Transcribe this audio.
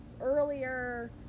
earlier